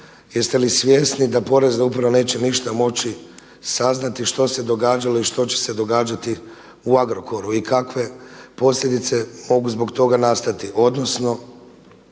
jest li svjesni da Porezna uprava neće ništa moći saznati što se događalo i što će se događati u Agrokoru i kakve posljedice mogu zbog toga nastati